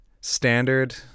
standard